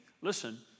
listen